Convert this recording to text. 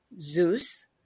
Zeus